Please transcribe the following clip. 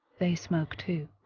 they smoke too.